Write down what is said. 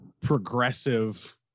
progressive